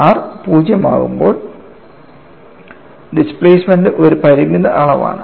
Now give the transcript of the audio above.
R 0 ആകുമ്പോൾ displacement ഒരു പരിമിത അളവാണ്